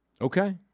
Okay